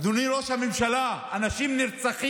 אדוני ראש הממשלה, אנשים נרצחים,